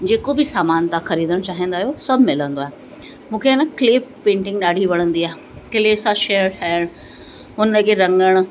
जेको बि सामान तव्हां खरीदणु चाहींदा आहियो सभु मिलंदो आहे मूंखे आहे न क्ले पेंटिंग ॾाढी वणंदी आहे क्ले सां शइ ठाहिणु हुन खे रंगणु